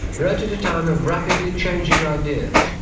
wrote at a time of rapidly changing ideas,